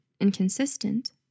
inconsistent